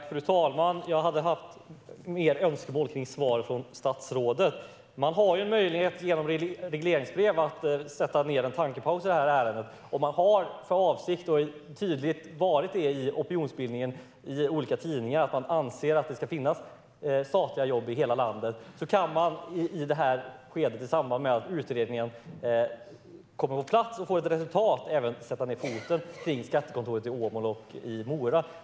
Fru talman! Jag hade större förväntningar på svaret från statsrådet. Man har möjlighet att genom regleringsbrev göra en tankepaus i ärendet. Om regeringen har för avsikt att det ska finnas statliga jobb i hela landet, vilket det har varit tydligt i opinionsbildningen och i olika tidningar att man har, kan man i samband med utredningen och det resultat man får av den sätta ned foten även när det gäller skattekontoren i Åmål och Mora.